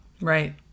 Right